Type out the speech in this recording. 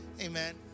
Amen